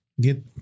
get